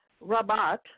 Rabat